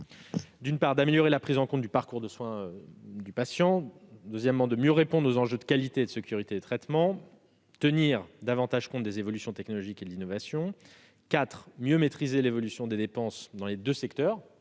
objectifs : améliorer la prise en compte du parcours de soins du patient, mieux répondre aux enjeux de qualité et de sécurité des traitements, tenir davantage compte des évolutions technologiques et de l'innovation, mieux maîtriser l'évolution des dépenses dans les deux secteurs-